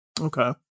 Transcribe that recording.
Okay